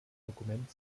dokument